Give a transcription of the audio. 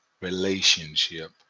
relationship